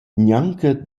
gnanca